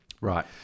Right